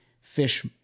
fish